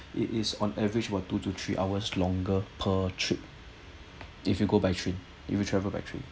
it is on average about two to three hours longer per trip if you go by train if you travel by train